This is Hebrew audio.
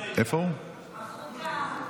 מעמד האישה.